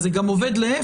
אז זה גם עובד להפך: